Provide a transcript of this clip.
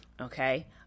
okay